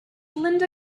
linda